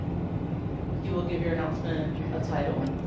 you will give your announcement a title.